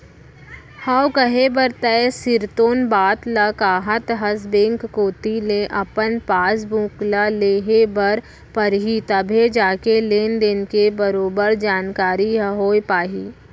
हव कहे बर तैं सिरतोन बात ल काहत हस बेंक कोती ले अपन पासबुक ल लेहे बर परही तभे जाके लेन देन के बरोबर जानकारी ह होय पाही